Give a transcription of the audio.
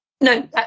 no